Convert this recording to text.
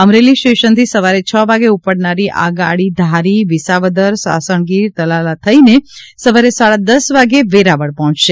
અમરેલી સ્ટેશનથી સવારે છ વાગે ઉપડનારી આ ગાડી ધારી વિસાવદર સાસણગીર તલાલા થઈને સવારે સાડા દશ વાગે વેરાવળ પહોંચશે